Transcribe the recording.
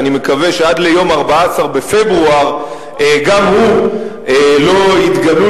שאני מקווה שעד ליום 14 בפברואר גם הוא לא יתגלו